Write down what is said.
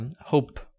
hope